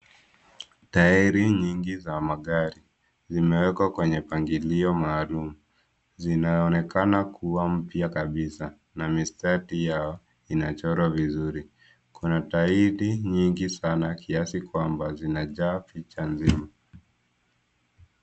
Tairi nyingi za magari zimewekwa kwenye mpangilio maalum . Zinaonekana kuwa mpya kabisa na mistari yao inachorwa vizuri. Kuna tairi nyingi sana kiasi kwamba zinajaa picha mzima.